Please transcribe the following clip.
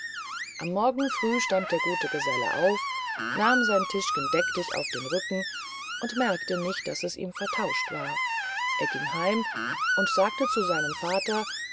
am morgen früh stand der gute geselle auf nahm sein tischgen deck dich auf den rücken und merkte nicht daß es ihm vertauscht war er ging heim und sagte zu seinem vater